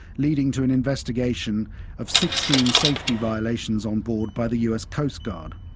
leading to an investigation of sixteen safety violations on board by the us coast guard.